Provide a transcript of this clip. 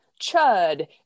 chud